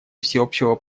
всеобщего